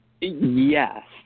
Yes